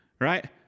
Right